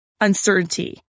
uncertainty